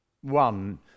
one